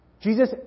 Jesus